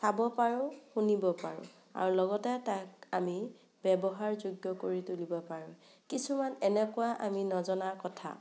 চাব পাৰোঁ শুনিব পাৰোঁ আৰু লগতে তাক আমি ব্যৱহাৰযোগ্য় কৰি তুলিব পাৰোঁ কিছুমান এনেকুৱা আমি নজনা কথা